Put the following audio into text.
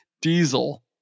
diesel